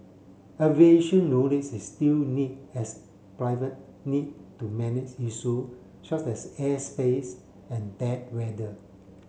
aviation knowledge is still need as private need to manage issue such as airspace and bad weather